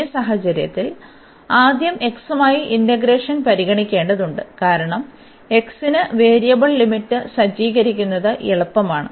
ഈ സാഹചര്യത്തിൽ ആദ്യം x മായി ഇന്റഗ്രേഷൻ പരിഗണിക്കേണ്ടതുണ്ട് കാരണം x ന് ഈ വേരിയബിൾ ലിമിറ്റ് സജ്ജീകരിക്കുന്നത് എളുപ്പമാണ്